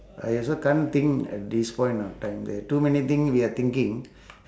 I also can't think at this point of time there too many thing we are thinking